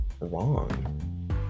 wrong